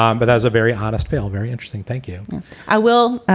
um but as a very honest fail. very interesting. thank you i will.